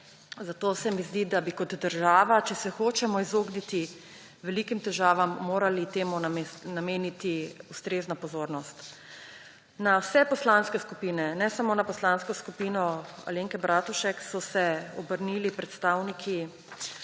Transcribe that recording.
Zato se mi zdi, da bi kot država, če se hočemo izogniti velikim težavam, morali temu nameniti ustrezno pozornost. Na vse poslanske skupine, ne samo na poslansko skupino Alenke Bratušek, so se obrnili predstavniki